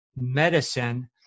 medicine